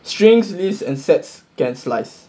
strings list and sets can slice